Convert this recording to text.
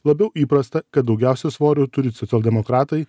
labiau įprasta kad daugiausia svorio turite socialdemokratai